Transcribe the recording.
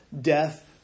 death